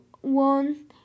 one